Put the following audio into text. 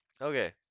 Okay